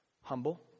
Humble